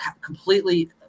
completely